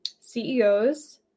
CEOs